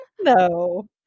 no